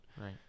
Right